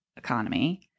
economy